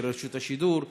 של רשות השידור,